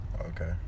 okay